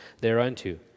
thereunto